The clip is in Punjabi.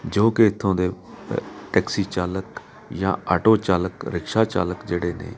ਜੋ ਕਿ ਇੱਥੋਂ ਦੇ ਟੈਕਸੀ ਚਾਲਕ ਜਾਂ ਆਟੋ ਚਾਲਕ ਰਿਕਸ਼ਾ ਚਾਲਕ ਜਿਹੜੇ ਨੇ